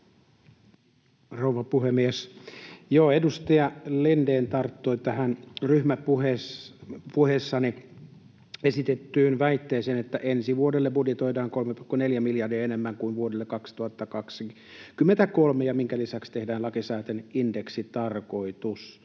rouva puhemies! Joo, edustaja Lindén tarttui tähän ryhmäpuheessani esitettyyn väitteeseen, että ensi vuodelle budjetoidaan 3,4 miljardia enemmän kuin vuodelle 2023, minkä lisäksi tehdään lakisääteinen indeksitarkistus.